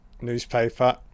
Newspaper